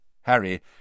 Harry